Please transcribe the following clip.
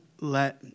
let